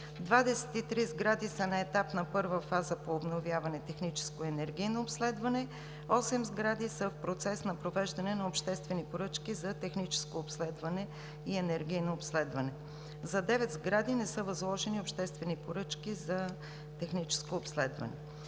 23 сгради са на етап на първа фаза по обновяване, техническо и енергийно обследване; 8 сгради са в процес на провеждане на обществени поръчки за техническо и енергийно обследване; за 9 сгради не са възложени обществени поръчки за техническо обследване.